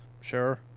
Sure